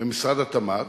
במשרד התמ"ת,